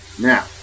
now